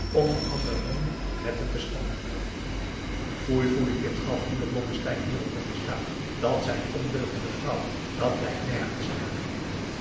om voor andere mannen netten te spannen foei foei kind gaf moeder blommesteyn hierop te verstaan dat zijn ondeugende vrouwen dat lijkt nergens na